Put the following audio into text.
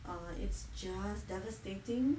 uh it's just devastating